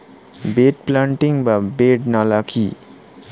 Bed planting বা bed নালা কি?